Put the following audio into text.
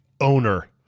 owner